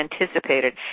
anticipated